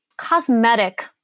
cosmetic